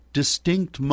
distinct